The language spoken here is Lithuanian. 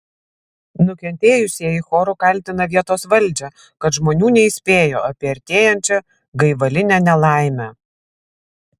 nukentėjusieji choru kaltina vietos valdžią kad žmonių neįspėjo apie artėjančią gaivalinę nelaimę